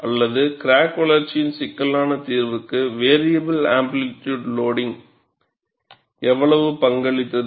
அல்லது கிராக் வளர்ச்சியின் சிக்கலான தீர்வுக்கு வேரியபல் ஆம்ப்ளிட்யூட் லோடிங்க் எவ்வளவு பங்களித்தது